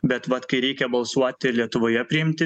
bet vat kai reikia balsuoti lietuvoje priimti